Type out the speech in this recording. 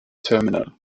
terminal